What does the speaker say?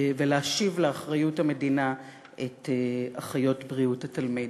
ולהשיב לאחריות המדינה את אחיות בריאות התלמיד.